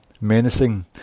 menacing